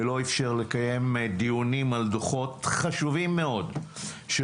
ולא אפשר לקיים דיונים על דוחות חשובים מאוד של